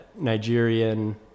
Nigerian